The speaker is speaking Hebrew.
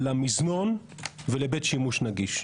למזנון ולבית שימוש נגיש.